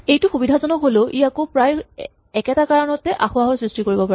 এইটো সুবিধাজনক হ'লেও ই আকৌ প্ৰায় একেটা কাৰণতে আসোঁৱাহ সৃষ্টি কৰিব পাৰে